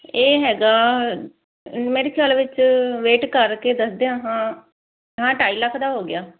ਇਹ ਹੈਗਾ ਮੇਰੇ ਖਿਆਲ ਵਿੱਚ ਵੇਟ ਕਰਕੇ ਦੱਸਦੇ ਆਂ ਹਾਂ ਢਾਈ ਲੱਖ ਦਾ ਹੋ ਗਿਆ